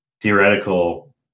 theoretical